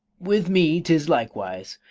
with me tis likewise.